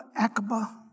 Aqaba